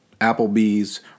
Applebee's